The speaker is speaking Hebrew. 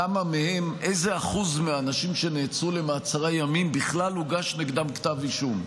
איזה אחוז מהאנשים שנעצרו למעצרי ימים בכלל הוגש נגדם כתב אישום?